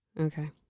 Okay